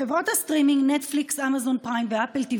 חברות הסטרימינג נטפליקס, אמזון פריים ואפל TV